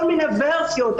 כל מיני ורסיות.